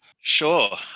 Sure